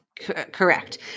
Correct